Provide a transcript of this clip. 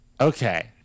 Okay